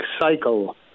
cycle